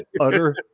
utter